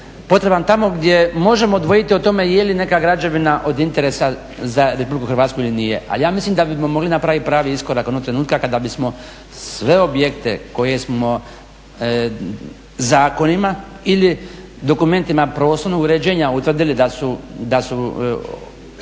potreban tamo gdje možemo dvojiti o tome je li neka građevina od interesa za RH ili nije. Ali ja mislim da smo mogli napraviti pravi iskorak onog trenutka kada bismo sve objekte koje smo zakonima ili dokumentima prostornog uređenja utvrdili da su